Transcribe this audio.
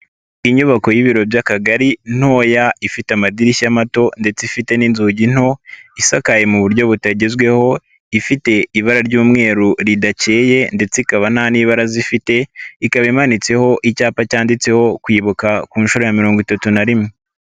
Inyubako y'ibiro by'akagari ntoya ifite amadirishya mato ndetse ifite n'inzugi nto, isakaye mu buryo butagezweho, ifite ibara ry'umweru ridakeyeye ndetse ikaba nta n'ibaraza ifite, ikaba imanitseho icyapa cyanditseho, kwibuka ku nshuro ya mirongo itatu na rimwe.